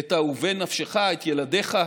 את אהובי נפשך, את ילדיך,